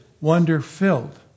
wonder-filled